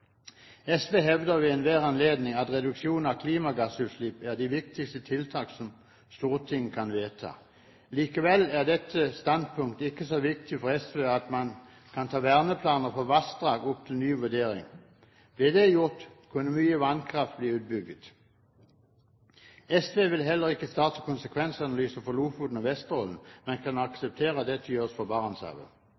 SV hevder ved enhver anledning at reduksjon av klimagassutslipp er det viktigste tiltaket Stortinget kan vedta. Likevel er dette standpunktet ikke så viktig for SV at de vil ta Verneplan for vassdrag opp til ny vurdering. Ble det gjort, kunne mye vannkraft blitt utbygget. SV vil heller ikke starte konsekvensanalyser av Lofoten og Vesterålen, men kan